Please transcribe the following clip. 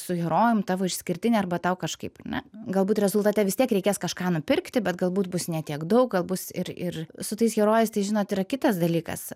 su herojum tavo išskirtinė arba tau kažkaip ar ne galbūt rezultate vis tiek reikės kažką nupirkti bet galbūt bus ne tiek daug gal bus ir ir su tais herojais tai žinot yra kitas dalykas